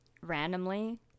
Randomly